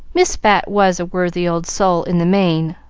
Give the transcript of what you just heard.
miss bat was a worthy old soul in the main,